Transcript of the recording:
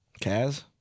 Kaz